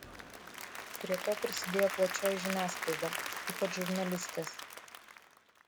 prie to prisidėjo plačioji žiniasklaida ypač žurnalistės